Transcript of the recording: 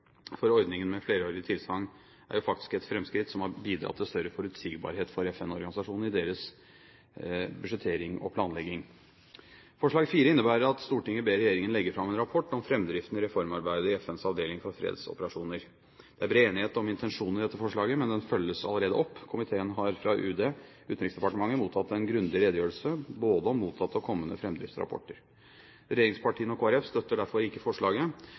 for ordningen med flerårig tilsagn er faktisk et framskritt som har bidratt til større forutsigbarhet for FN-organisasjonene i deres budsjettering og planlegging. Forslag IV innebærer at «Stortinget ber regjeringen legge frem en rapport om fremdriften i reformarbeidet i FNs avdeling for fredsoperasjoner». Det er bred enighet om intensjonen i dette forslaget, men den følges allerede opp. Komiteen har fra Utenriksdepartementet mottatt en grundig redegjørelse både om mottatte og kommende framdriftsrapporter. Regjeringspartiene og Kristelig Folkeparti støtter derfor ikke forslaget.